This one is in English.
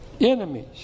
enemies